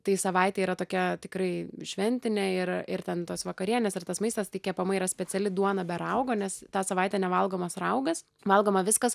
tai savaitė yra tokia tikrai šventinė ir ir ten tos vakarienės ir tas maistas tai kepama yra speciali duona be raugo nes tą savaitę nevalgomas raugas valgoma viskas